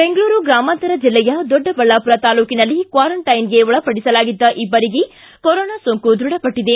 ಬೆಂಗಳೂರು ಗ್ರಾಮಾಂತರ ಜಿಲ್ಲೆಯ ದೊಡ್ಡಬಳ್ಳಾಪುರ ತಾಲೂಕಿನಲ್ಲಿ ಕ್ವಾರಂಟೈನ್ಗೆ ಒಳಪಡಿಸಲಾಗಿದ್ದ ಇಬ್ಬರಿಗೆ ಕೊರೊನಾ ಸೋಂಕು ದ್ವಢಪಟ್ಟದೆ